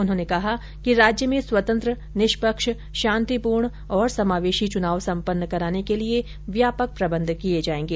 उन्होंने कहा कि राज्य में स्वतंत्र निष्पक्ष शांतिपूर्ण और समावेशी चुनाव सम्पन्न कराने के लिए व्यापक प्रबंध किये जायेंगे